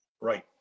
Right